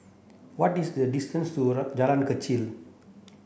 what is the distance to Jalan Kechil